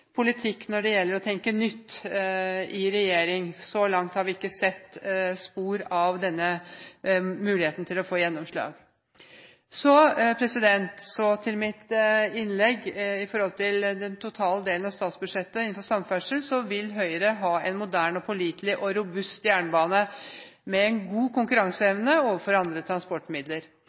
politikk når det gjelder å tenke nytt i regjeringen. Så langt har vi ikke sett spor av denne muligheten til å få gjennomslag. Så til mitt innlegg om den delen av statsbudsjettet som gjelder samferdsel. Høyre vil ha en moderne, pålitelig og robust jernbane med god konkurranseevne overfor andre transportmidler.